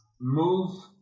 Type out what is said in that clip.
move